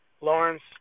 Lawrence